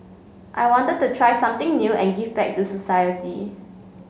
I wanted to try something new and give back to society